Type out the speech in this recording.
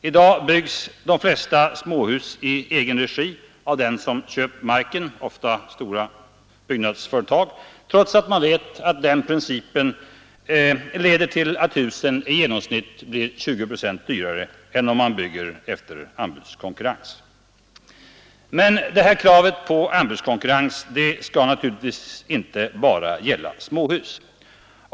I dag byggs de flesta småhus i egen regi av den som köpt marken — ofta ett stort byggnadsföretag — trots att man nu vet att den principen leder till att husen blir i genomsnitt 20 procent dyrare än om de byggs efter anbudskonkurrens. Men kravet på byggkonkurrens gäller naturligtvis inte bara småhus.